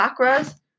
chakras